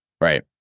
right